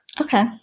Okay